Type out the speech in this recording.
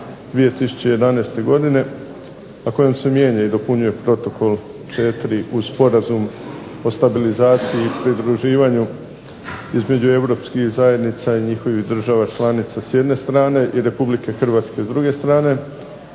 od 5/5/2011 kojom se mijenja i dopunjuje Protokol 4. uz sporazum o stabilizaciji i pridruživanju između europskih zajednica i njihovih država članica s jedne strane i Republike Hrvatske s druge strane,